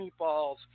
meatballs